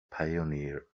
pioneer